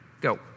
Go